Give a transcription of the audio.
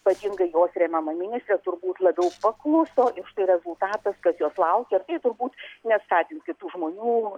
ypatingai jos remiama ministrė turbūt labiau pakluso ir štai rezultatas kas jos laukia ir tai turbūt neskatins kitų žmonių